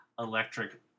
electric